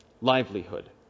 livelihood